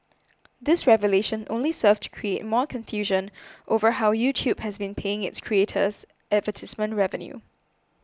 this revelation only served to create more confusion over how YouTube has been paying its creators advertisement revenue